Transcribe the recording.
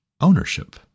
ownership